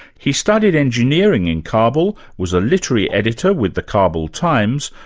he studied engineering in kabul, was a literary editor with the kabul times,